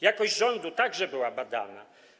Jakość rządu także była badana.